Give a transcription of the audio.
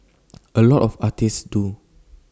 A lot of artists do